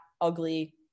ugly